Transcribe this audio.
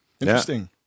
Interesting